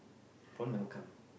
phone number come